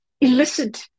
elicit